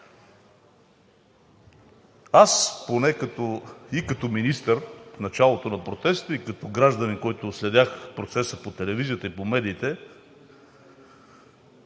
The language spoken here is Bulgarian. Аз поне и като министър в началото на протеста, и като гражданин, който следях процеса по телевизията и по медиите,